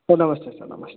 sir ನಮಸ್ತೆ sir ನಮಸ್ತೆ